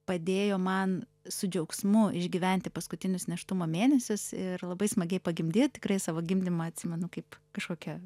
padėjo man su džiaugsmu išgyventi paskutinius nėštumo mėnesius ir labai smagiai pagimdyt tikrai savo gimdymą atsimenu kaip kažkokią